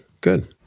good